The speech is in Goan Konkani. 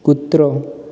कुत्रो